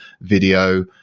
video